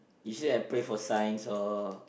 usually I pray for signs or